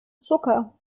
zucker